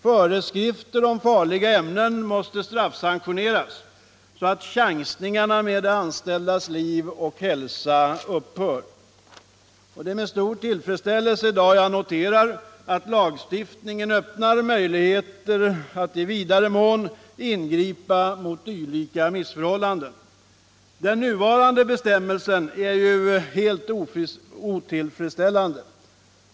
Föreskrifter om farliga ämen måste straffsanktioneras, så att chansningarna med de anställdas liv och hälsa upphör. Det är med stor tillfredsställelse som jag noterar att lagstiftningen öppnar möjligheter att i vidare mån ingripa mot dylika missförhållanden. De nuvarande bestämmelserna är ju helt otillfredsställande.